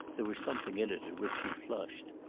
there was something in it at which she flushed.